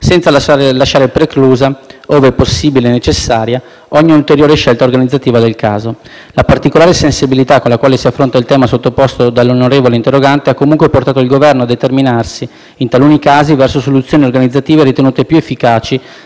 senza lasciare preclusa, ove possibile e necessaria, ogni ulteriore scelta organizzativa del caso. La particolare sensibilità con la quale si affronta il tema sottoposto dall'onorevole interrogante ha comunque portato il Governo a determinarsi, in taluni casi, verso soluzioni organizzative ritenute più efficaci